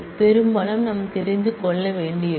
பெரும்பாலும் நாம் தெரிந்து கொள்ள வேண்டியிருக்கும்